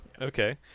Okay